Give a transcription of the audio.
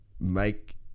make